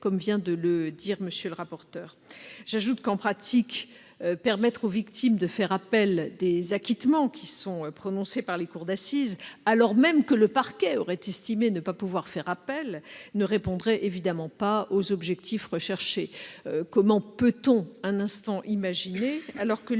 comme vient de le dire M. le rapporteur. J'ajoute que, en pratique, le fait de permettre aux victimes de faire appel des acquittements prononcés par les cours d'assises, alors même que le parquet aurait estimé ne pas pouvoir faire appel, ne répondrait évidemment pas aux objectifs. Comment peut-on imaginer un instant, alors que le